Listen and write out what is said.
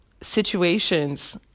situations